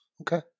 Okay